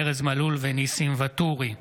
ארז מלול וניסים ואטורי בנושא: